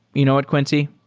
you know what, quincy?